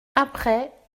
après